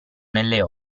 nelle